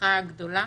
הצלחה גדולה.